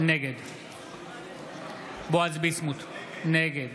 נגד בועז ביסמוט, נגד